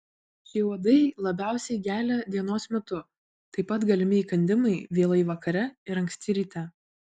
šie uodai labiausiai gelia dienos metu taip pat galimi įkandimai vėlai vakare ir anksti ryte